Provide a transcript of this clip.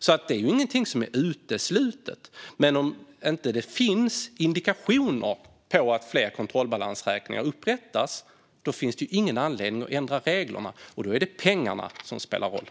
Det här är alltså inget som är uteslutet. Men om det inte finns indikationer på att fler kontrollbalansräkningar upprättas finns det ingen anledning att ändra reglerna, och då är det pengarna som spelar roll.